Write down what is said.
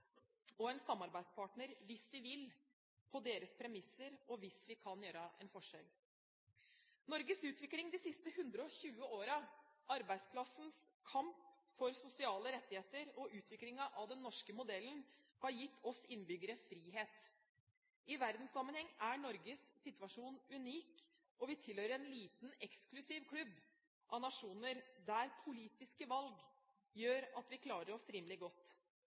og en samarbeidspartner, hvis de vil, på deres premisser og hvis vi kan gjøre en forskjell. Norges utvikling de siste 120 årene – arbeiderklassens kamp for sosiale rettigheter og utviklingen av den norske modellen – har gitt oss innbyggere frihet. I verdenssammenheng er Norges situasjon unik. Vi tilhører en liten, eksklusiv klubb av nasjoner der politiske valg gjør at vi klarer oss rimelig godt.